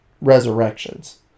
Resurrections